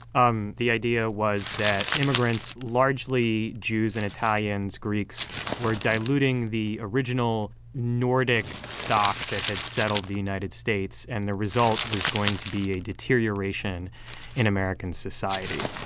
um the idea was that immigrants largely jews and italians, greeks were diluting the original nordic stock that had settled the united states, and the result was going to be a deterioration in american society.